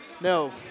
No